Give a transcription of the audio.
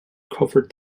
cover